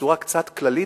בצורה קצת כללית,